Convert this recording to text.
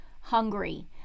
hungry